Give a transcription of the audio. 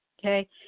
Okay